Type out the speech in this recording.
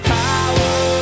power